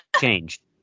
change